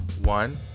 One